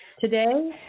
today